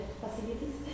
facilities